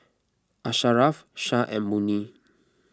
Asharaff Shah and Murni